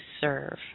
serve